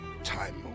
time